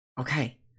Okay